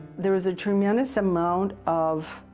there is a tremendous amount of